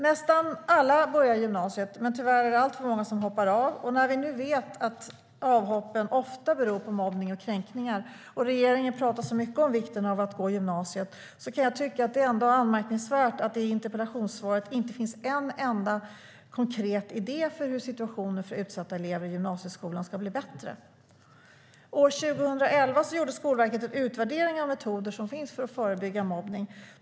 Nästan alla börjar gymnasiet, men tyvärr är det alltför många som hoppar av. När vi nu vet att avhoppen ofta beror på mobbning och kränkningar och regeringen pratar så mycket om vikten av att gå gymnasiet kan jag tycka att det är anmärkningsvärt att det i interpellationssvaret inte finns en enda konkret idé för hur situationen för utsatta elever i gymnasieskolan ska bli bättre. År 2011 gjorde Skolverket en utvärdering av metoder för att förebygga mobbning.